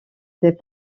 des